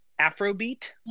Afrobeat